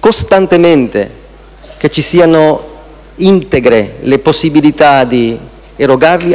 costantemente che siano integre le possibilità di assicurarle